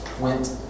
went